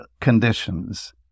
conditions